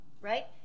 right